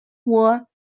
were